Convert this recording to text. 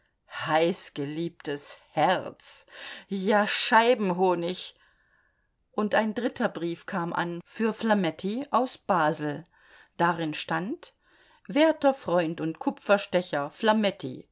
heißgeliebtes herz ja scheibenhonig und ein dritter brief kam an für flametti aus basel darin stand werter freund und kupferstecher